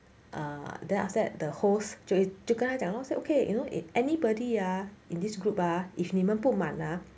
err then after that the host J 就跟他讲 lor said okay you know if anybody ah in this group ah if 你们不满 ah